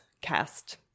cast